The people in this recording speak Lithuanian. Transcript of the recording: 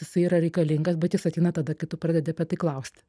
jisai yra reikalingas bet jis ateina tada kai tu pradedi apie tai klausti